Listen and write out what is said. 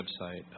website